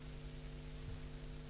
תודה.